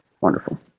wonderful